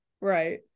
right